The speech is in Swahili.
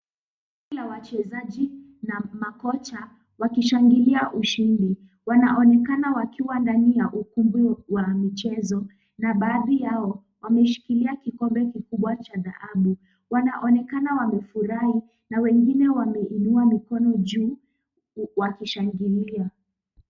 Timu ya wachezaji na makocha wakishangilia ushindi, wanaonekana wakiwa ndani ya ukumbi wa michezo na baadhi yao wameshikilia kikombe kikubwa cha dhahabu, wanaonekana wamefurahi na wengine wameinua mikono juu wakishangilia.